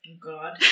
god